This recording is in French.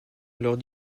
alors